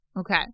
Okay